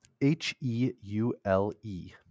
H-E-U-L-E